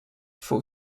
full